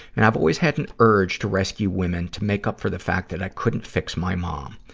and i've always had and urge to rescue women to make up for the fact that i couldn't fix my mom.